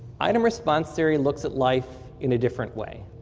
item response theory looks at life in a different way.